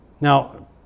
Now